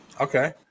Okay